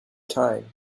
time